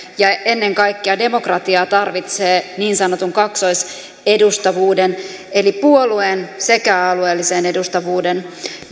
ja ennen kaikkea demokratia tarvitsee niin sanotun kaksoisedustavuuden eli sekä puolueen että alueellisen edustavuuden